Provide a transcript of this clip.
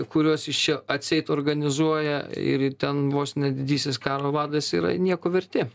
kuriuos jis čia atseit organizuoja ir ten vos ne didysis karo vadas yra nieko verti